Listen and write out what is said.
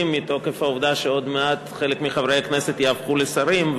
מתוקף העובדה שעוד מעט חלק מחברי הכנסת יהפכו לשרים,